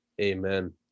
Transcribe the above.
Amen